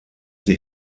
die